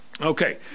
Okay